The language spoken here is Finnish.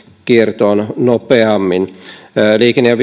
kiertoon nopeammin kun liikenne ja